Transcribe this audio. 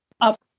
up